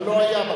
אבל לא היה.